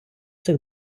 цих